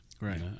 Right